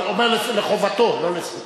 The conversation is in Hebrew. אני אומר לחובתו לא לזכותו,